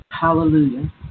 Hallelujah